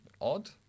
odd